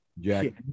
Jack